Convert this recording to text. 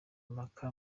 impaka